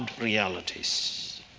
realities